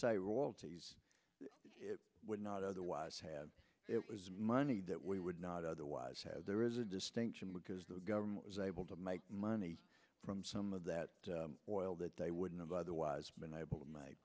say royalties would not otherwise have it was money that we would not otherwise have there is a distinction because the government was able to make money from some of that oil that they wouldn't have otherwise